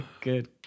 Good